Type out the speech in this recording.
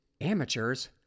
amateurs